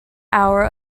hour